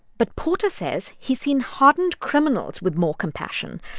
but porter says he's seen hardened criminals with more compassion.